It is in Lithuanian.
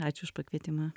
ačiū už pakvietimą